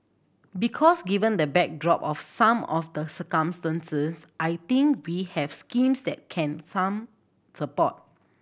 because given the backdrop of some of the circumstances I think we have schemes that can some support